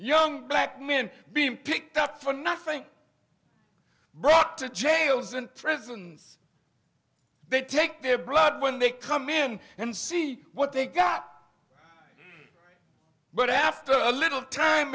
young black men being picked up for nothing brought to jails and prisons they take their blood when they come in and see what they got but after a little time